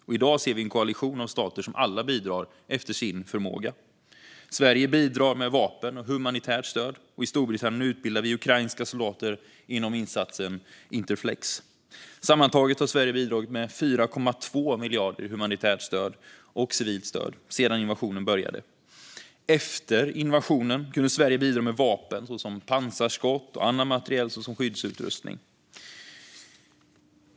Och i dag ser vi en koalition av stater som alla bidrar efter sin förmåga. Sverige bidrar med vapen och humanitärt stöd. Och i Storbritannien utbildar vi ukrainska soldater inom ramen för insatsen Interflex. Sammantaget har Sverige bidragit med 4,2 miljarder i humanitärt och civilt stöd sedan invasionen började. Efter invasionen kunde Sverige bidra med vapen såsom pansarskott och annan materiel såsom skyddsutrustning.